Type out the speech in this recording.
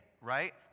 right